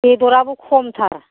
बेदरआबो खमथार